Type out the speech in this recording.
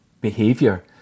behavior